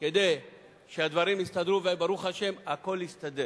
כדי שהדברים יסתדרו, וברוך השם, הכול הסתדר.